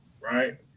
right